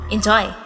Enjoy